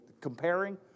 comparing